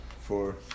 four